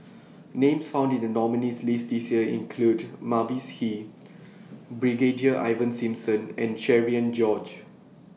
Names found in The nominees' list This Year include Mavis Hee Brigadier Ivan Simson and Cherian George